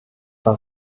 war